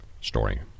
story